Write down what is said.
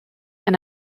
and